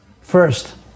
First